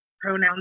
pronouns